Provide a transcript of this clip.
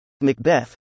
Macbeth